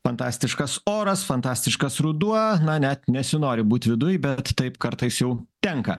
fantastiškas oras fantastiškas ruduo na net nesinori būti viduj bet taip kartais jau tenka